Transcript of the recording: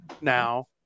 now